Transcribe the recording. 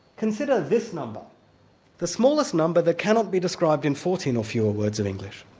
consider this number the smallest number that cannot be described in fourteen or fewer words of english,